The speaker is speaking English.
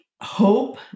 hope